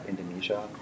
Indonesia